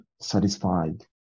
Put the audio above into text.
satisfied